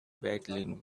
battling